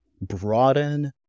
broaden